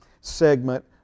segment